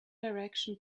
direction